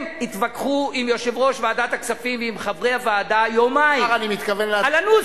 הם התווכחו עם יושב-ראש ועדת הכספים ועם חברי הוועדה יומיים על הנוסח.